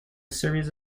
series